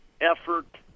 effort